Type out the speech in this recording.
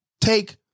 take